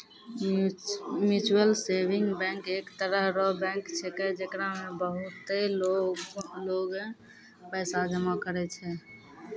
mutual saving bank एक तरह रो बैंक छैकै, जेकरा मे बहुते लोगें पैसा जमा करै छै